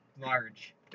large